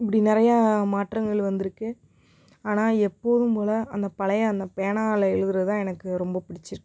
இப்படி நிறையா மாற்றங்கள் வந்துருக்குது ஆனால் எப்போதும்போல் அந்த பழைய அந்த பேனாவில் எழுதுகிறதுதான் எனக்கு ரொம்ப பிடிச்சிருக்கு